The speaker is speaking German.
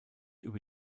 über